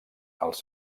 els